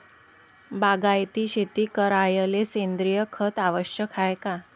बागायती शेती करायले सेंद्रिय खत आवश्यक हाये का?